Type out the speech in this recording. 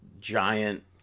giant